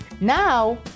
Now